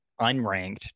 unranked